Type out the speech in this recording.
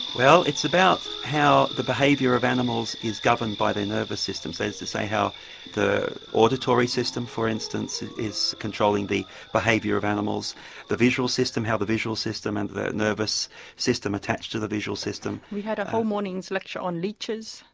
well it's about how the behaviour of animals is governed by their nervous systems. that is to say how the auditory system for instance is is controlling the behaviour of animals animals the visual system how the visual system and the nervous system attach to the visual system. we had a whole mornings lecture on leaches.